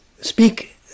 speak